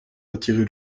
retiré